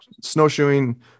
snowshoeing